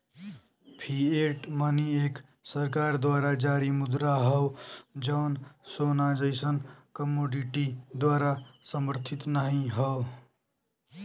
fiat money एक सरकार द्वारा जारी मुद्रा हौ जौन सोना जइसन कमोडिटी द्वारा समर्थित नाहीं हौ